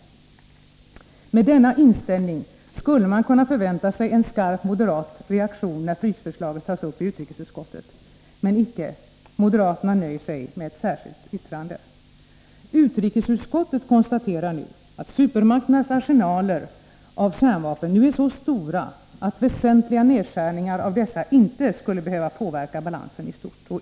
Mot bakgrund av denna inställning skulle man kunna förvänta sig en skarp moderat reaktion när frysförslaget tas upp i utrikesutskottet — men icke. Moderaterna nöjer sig med ett särskilt yttrande. Utrikesutskottet konstaterar att supermakternas arsenaler av kärnvapen nu är så stora, att väsentliga nedskärningar av dessa inte skulle behöva påverka balansen istort.